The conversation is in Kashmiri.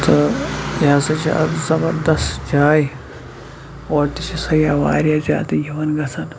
تہٕ یہِ ہَسا چھِ اَکھ زَبَردَس جاے اورٕ تہِ چھِ سیاح واریاہ زیادٕ یِوان گژھان